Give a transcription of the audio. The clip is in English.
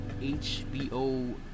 HBO